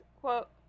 quote